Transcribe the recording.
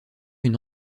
une